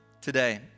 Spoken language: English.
today